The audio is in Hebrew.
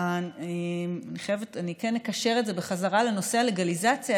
אני כן אקשר את זה בחזרה לנושא הלגליזציה.